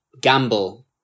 gamble